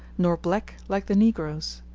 nor black like the negroes.